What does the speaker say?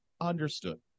understood